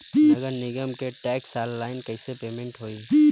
नगर निगम के टैक्स ऑनलाइन कईसे पेमेंट होई?